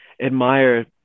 admire